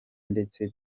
ndetse